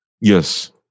yes